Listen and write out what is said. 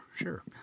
sure